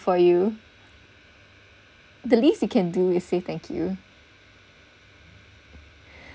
for you the least you can do is say thank you